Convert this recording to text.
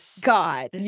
God